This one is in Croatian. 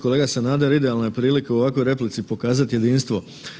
Kolega Sanader, idealna je prilika u ovakvoj replici pokazati jedinstvo.